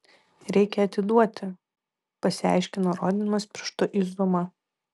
reikia atiduoti pasiaiškino rodydamas pirštu į zumą